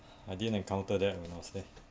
I didn't encounter that when I was there